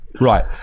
Right